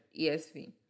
esv